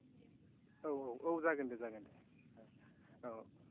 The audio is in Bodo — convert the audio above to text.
औ औ औ जागोन दे जागोन दे औ